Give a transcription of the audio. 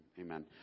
amen